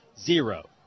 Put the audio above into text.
zero